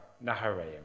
Naharaim